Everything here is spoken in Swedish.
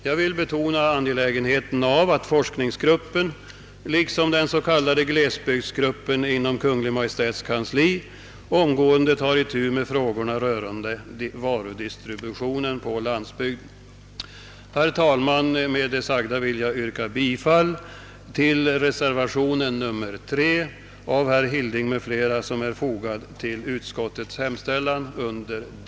Jag vill betona angelägenheten av att forskningsgruppen, liksom den s.k. glesbygdsgruppen inom Kungl. Maj:ts kansli, omgående tar itu med frågorna rörande varudistributionen på landsbygden. Herr talman! Med det sagda vill jag yrka bifall till reservationen 3 av herr Hilding m.fl., som är fogad till utskottets hemställan under D.